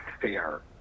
fair